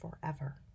forever